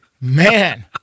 Man